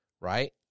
right